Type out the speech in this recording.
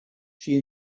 she